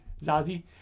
Zazie